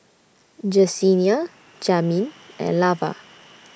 Jesenia Jamin and Lavar